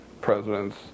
presidents